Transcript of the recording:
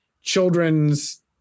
children's